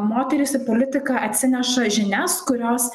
moteris į politiką atsineša žinias kurios